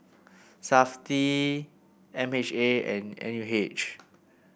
Safti M H A and N U H